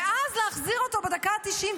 ואז להחזיר אותו בדקה ה-90,